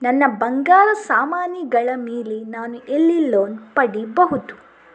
ನನ್ನ ಬಂಗಾರ ಸಾಮಾನಿಗಳ ಮೇಲೆ ನಾನು ಎಲ್ಲಿ ಲೋನ್ ಪಡಿಬಹುದು?